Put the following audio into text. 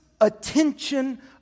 attention